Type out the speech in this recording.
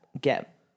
get